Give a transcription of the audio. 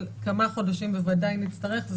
אבל כמה חודשים בוודאי שנצטרך,